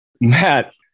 Matt